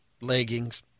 leggings